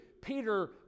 Peter